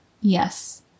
Yes